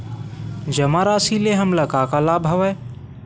जमा राशि ले हमला का का लाभ हवय?